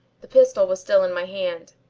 the pistol was still in my hand,